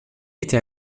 était